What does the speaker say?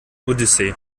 odyssee